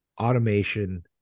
automation